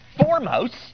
foremost